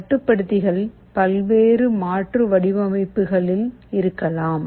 கட்டுப்படுத்திகள் பல்வேறு மாற்று வடிவமைப்புகளில் இருக்கலாம்